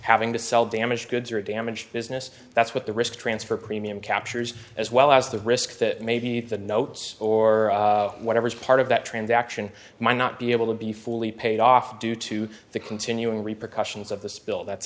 having to sell damaged goods or damaged business that's what the risk transfer premium captures as well as the risk that maybe the notes or whatever part of that transaction might not be able to be fully paid off due to the continuing repercussions of the spill that's